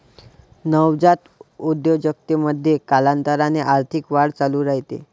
नवजात उद्योजकतेमध्ये, कालांतराने आर्थिक वाढ चालू राहते